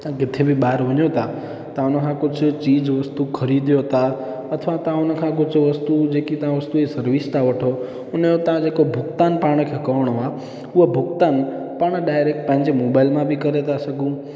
तव्हां किथे बि ॿाहिरि वञो था त उनखां कुझु चीज़ वस्तू ख़रीदियो था अथवा तव्हां उनखां वस्तू जेकी तव्हां सर्विस था वठो त उनजो भुगतान जेको पाण खे करिणो आहे उहो भुगतान पाण डायरेक्ट पंहिंजे मोबाइल मां बि था करे सघूं